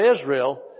Israel